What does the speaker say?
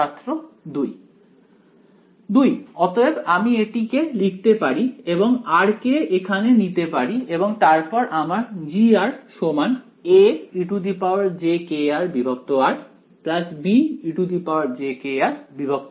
ছাত্র 2 2 অতএব আমি এটিকে লিখতে পারি এবং r কে এখানে নিতে পারি এবং তারপর আমার G aejkrr be jkrr থাকবে